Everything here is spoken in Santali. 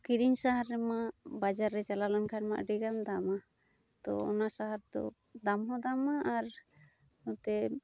ᱠᱤᱨᱤᱧ ᱥᱟᱦᱟᱨ ᱨᱮᱢᱟ ᱵᱟᱡᱟᱨ ᱨᱮ ᱪᱟᱞᱟᱣ ᱞᱮᱱᱠᱷᱟᱱ ᱢᱟ ᱟᱹᱰᱤᱜᱟᱱ ᱫᱟᱢᱟ ᱛᱳ ᱚᱱᱟ ᱥᱟᱦᱟᱨ ᱫᱚ ᱫᱟᱢᱦᱚᱸ ᱫᱟᱢᱟ ᱟᱨ ᱮᱱᱛᱮᱫ